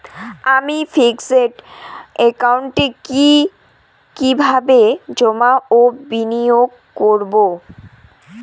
আমি ফিক্সড একাউন্টে কি কিভাবে জমা ও বিনিয়োগ করব?